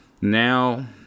Now